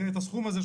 ואת הסכום הזה,